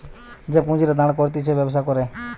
যে পুঁজিটা দাঁড় করতিছে ব্যবসা করে